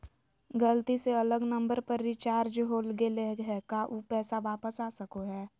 गलती से अलग नंबर पर रिचार्ज हो गेलै है का ऊ पैसा वापस आ सको है?